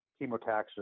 chemotaxis